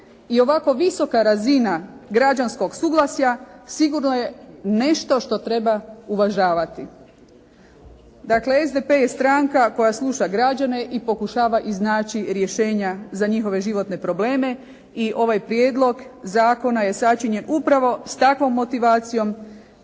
i ovako visoka razina građanskog suglasja sigurno je nešto što treba uvažavati. Dakle, SDP je stranka koja sluša građane i pokušava iznaći rješenja za njihove životne probleme i ovaj prijedlog zakona je sačinjen upravo s takvom motivacijom